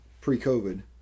pre-COVID